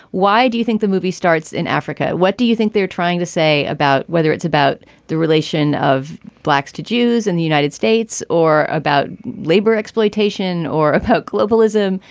why do you think the movie starts in africa? what do you think they're trying to say about whether it's about the relation of blacks to jews in the united states or about labor exploitation or oppose globalism?